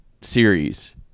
series